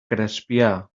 crespià